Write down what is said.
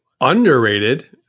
underrated